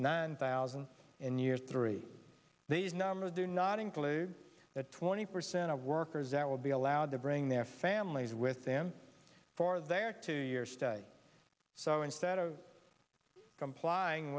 nine thousand in year three these numbers do not include that twenty percent of workers will be allowed to bring their families with them for their two year stay so instead of complying